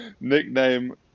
nickname